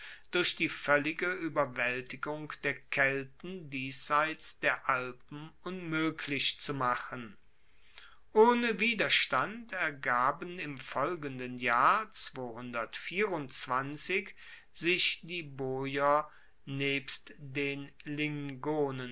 durch die voellige ueberwaeltigung der kelten diesseits der alpen unmoeglich zu machen ohne widerstand ergaben im folgenden jahr sich die boier nebst den